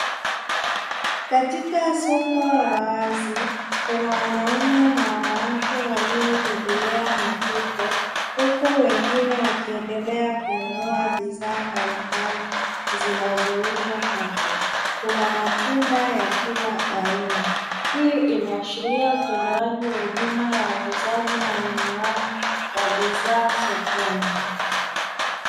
Katika soko la wazi kuna wanaume na wanawake waliobebelea mifuko huku wengine wakiendelea kununua bidhaa mbalimbali zinazouzwa hapo, kuna matunda ya kila aina. Hii inaashiria utolewaji wa huduma ya uuzaji na ununuaji wa bidhaa sokoni.